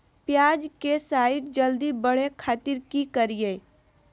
प्याज के साइज जल्दी बड़े खातिर की करियय?